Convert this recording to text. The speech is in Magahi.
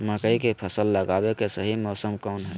मकई के फसल लगावे के सही मौसम कौन हाय?